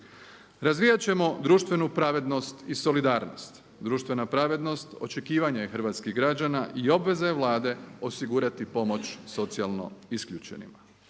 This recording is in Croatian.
Razvijat ćemo društvenu pravednost i solidarnost. Društvena pravednost očekivanje je hrvatskih građana i obveza je Vlade osigurati pomoć socijalno isključenima.